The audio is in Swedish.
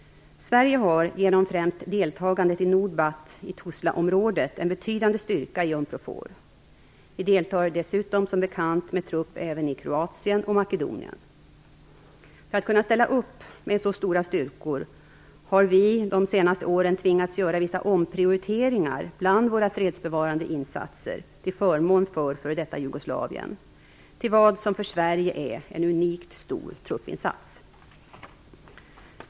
Sverige har genom främst deltagandet i Unprofor. Vi deltar dessutom som bekant med trupp även i Kroatien och Makedonien. För att kunna ställa upp med så stora styrkor har vi de senaste åren tvingats göra vissa omprioriteringar bland våra fredsbevarande insatser till förmån för f.d. Jugoslavien, till vad som för Sverige är en unikt stor truppinsats.